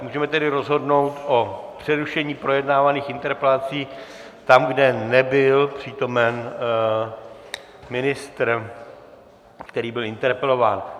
Můžeme tedy rozhodnout o přerušení projednávaných interpelací tam, kde nebyl přítomen ministr, který byl interpelován.